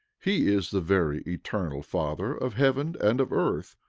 he is the very eternal father of heaven and of earth,